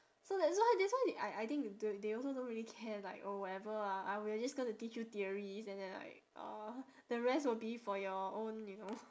so that's why that's why I I think th~ they also don't really care like oh whatever ah uh we're just going to teach you theories and then like uh the rest will be for your own you know